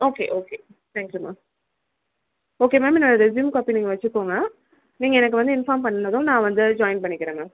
okay okay thank you ma'am okay ma'am நான் resume copy நீங்கள் வச்சுக்கோங்க நீங்கள் வந்து எனக்கு இன்ஃபார்ம் பண்ணிணதும் நான் வந்து ஜாயின் பண்ணிக்கிறேன் மேம்